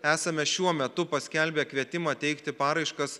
esame šiuo metu paskelbę kvietimą teikti paraiškas